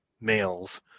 males